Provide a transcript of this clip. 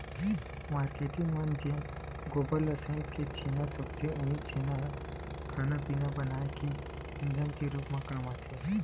marketing मन जेन गोबर ल सइत के छेना थोपथे उहीं छेना ह खाना पिना बनाए के ईधन के रुप म काम आथे